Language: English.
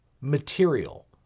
material